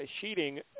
sheeting